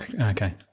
Okay